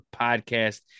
podcast